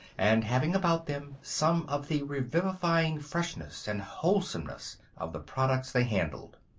and having about them some of the revivifying freshness and wholesomeness of the products they handled.